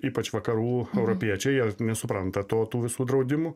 ypač vakarų europiečiai jie nesupranta to tų visų draudimų